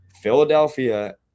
Philadelphia